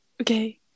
Okay